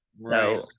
Right